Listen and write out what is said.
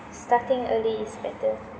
starting early is better